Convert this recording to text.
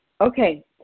Okay